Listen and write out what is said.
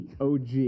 OG